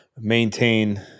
maintain